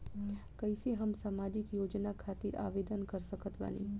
कैसे हम सामाजिक योजना खातिर आवेदन कर सकत बानी?